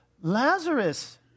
Lazarus